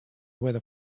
weather